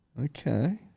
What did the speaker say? Okay